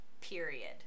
Period